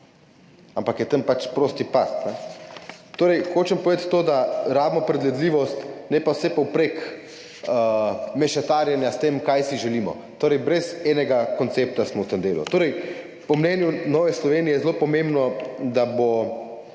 ampak je tam pač prosti pad. Torej, hočem povedati to, da potrebujemo predvidljivost, ne pa mešetarjenja vsepovprek s tem, kaj si želimo. Torej, brez enega koncepta smo v tem delu. Po mnenju Nove Slovenije je zelo pomembno, da bo